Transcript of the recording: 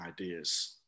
ideas